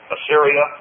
Assyria